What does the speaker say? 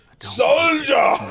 Soldier